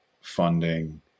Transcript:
funding